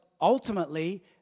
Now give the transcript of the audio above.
ultimately